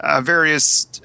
Various